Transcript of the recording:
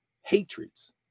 hatreds